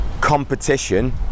competition